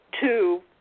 two